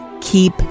keep